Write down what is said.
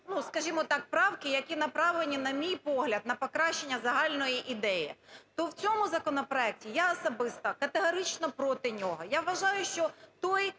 скажімо так, правки, які направлені, на мій погляд, на покращення загальної ідеї, то в цьому законопроекті я особисто категорично проти нього, я вважаю, що той